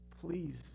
please